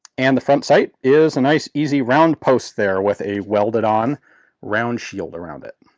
and the front sight is a nice easy round post there with a welded-on round shield around it.